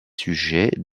sujets